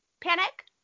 Panic